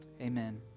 Amen